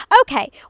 okay